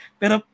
pero